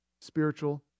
spiritual